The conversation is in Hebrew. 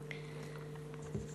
בבקשה.